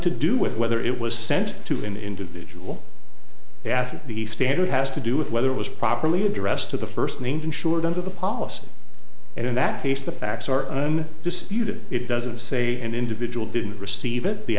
to do with whether it was sent to an individual after the standard has to do with whether it was properly addressed to the first named insured under the policy and in that case the facts are on disputed it doesn't say an individual didn't receive it the